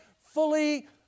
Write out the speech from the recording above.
fully